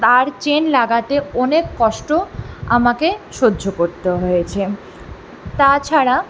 আর chain লাগাতে অনেক কষ্ট আমাকে সহ্য করতে হয়েছে তাছাড়া